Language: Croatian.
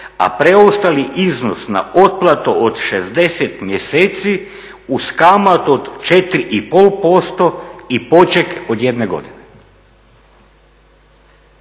a preostali iznos na otplatu od 60 mjeseci uz kamatu od 4,5% i poček od jedne godine.